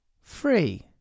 Free